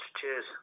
Cheers